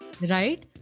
right